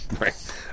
Right